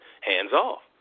hands-off